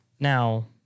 Now